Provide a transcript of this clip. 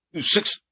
six